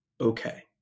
okay